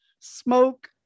smoke